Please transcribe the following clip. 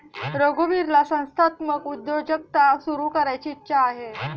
रघुवीरला संस्थात्मक उद्योजकता सुरू करायची इच्छा आहे